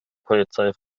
polizei